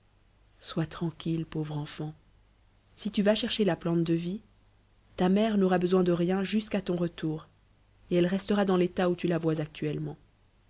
sois tranquille pauvre enfant si tu vas chercher la plante de vie ta mère n'aura besoin de rien jusqu'à ton retour et elle restera dans l'état où tu la vois actuellement